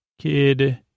kid